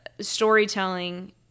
storytelling